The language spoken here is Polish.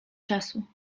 czasu